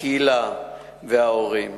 הקהילה וההורים,